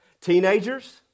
Teenagers